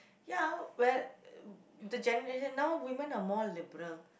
ya well uh the generation now women are more liberal